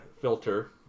filter